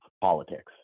politics